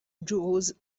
جزء